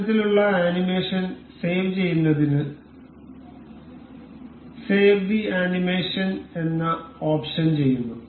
ഇത്തരത്തിലുള്ള animation save ചെയ്യുന്നതിന് save the animation എന്ന ഓപ്ഷൻ ചെയ്യുന്നു